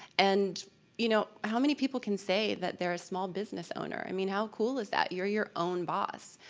and you know how many people can say that they're a small business owner? i mean, how cool is that? you're your own boss.